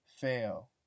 fail